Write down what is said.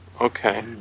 Okay